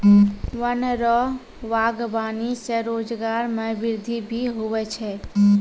वन रो वागबानी से रोजगार मे वृद्धि भी हुवै छै